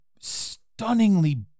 stunningly